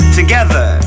together